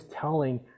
telling